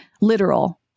literal